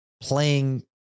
playing